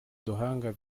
duhanga